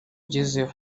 ugezeho